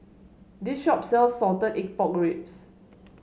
this shop sells Salted Egg Pork Ribs